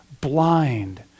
blind